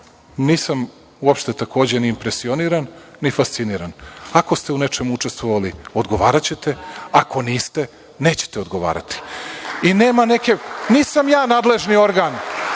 nisam uopšte impresioniran, ni fasciniran. Ako ste u nečemu učestvovali, odgovaraćete. Ako niste, nećete odgovarati. Nisam ja nadležni organ.